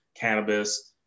cannabis